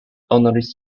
honoris